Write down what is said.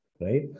right